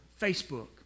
Facebook